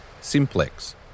Simplex